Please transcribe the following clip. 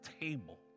table